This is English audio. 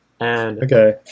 Okay